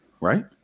right